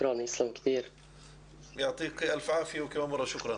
יישר כוח ותודה.